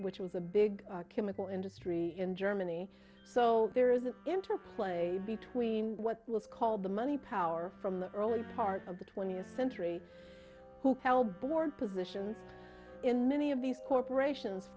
which was a big chemical industry in germany so there is an interplay between what was called the money power from the early part of the twentieth century to tell board positions in many of these corporations